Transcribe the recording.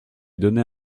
donner